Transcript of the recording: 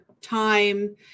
time